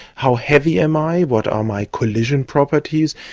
how heavy am i? what are my collision properties?